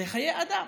אלה חיי אדם.